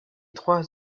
trois